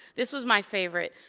this was my favorite,